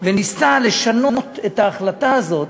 וניסתה לשנות את ההחלטה הזאת